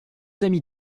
amis